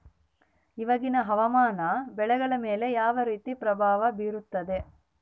ಇವಾಗಿನ ಹವಾಮಾನ ಬೆಳೆಗಳ ಮೇಲೆ ಯಾವ ರೇತಿ ಪ್ರಭಾವ ಬೇರುತ್ತದೆ?